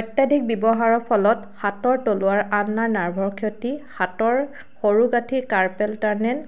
অত্যধিক ব্যৱহাৰৰ ফলত হাতৰ তলুৱাৰ আলনাৰ নাৰ্ভৰ ক্ষতি হাতৰ সৰু গাঁঠিৰ কাৰ্পেল টানেল